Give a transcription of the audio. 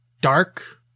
dark